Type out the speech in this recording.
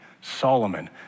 Solomon